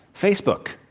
facebook.